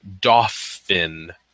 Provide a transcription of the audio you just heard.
Dolphin